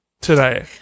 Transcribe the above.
today